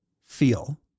feel